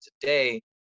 today